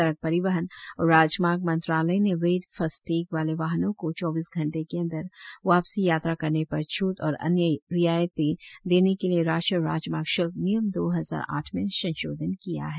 सड़क परिवहन और राजमार्ग मंत्रालय ने वैध फास्टैग वाले वाहनों को चौबीस घंटे के अंदर वापसी यात्रा करने पर छूट और अन्य रियायतें देने के लिए राष्ट्रीय राजमार्ग श्ल्क नियम दो हजार आठ में संशोधन किया है